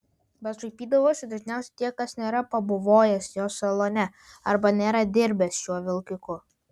bet šaipydavosi dažniausiai tie kas nėra pabuvojęs jo salone arba nėra dirbęs šiuo vilkiku